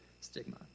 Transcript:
stigma